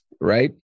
right